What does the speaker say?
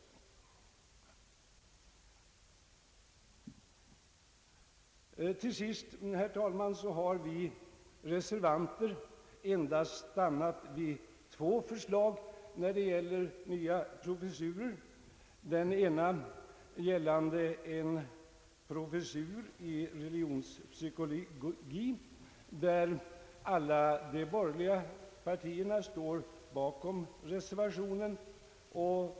Till sist, herr talman, har vi reser vanter endast stannat vid två förslag när det gäller nya professurer. Det ena rör en professur i religionspsykologi, där alla de borgerliga partierna står bakom reservationen.